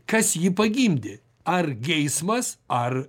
kas jį pagimdė ar geismas ar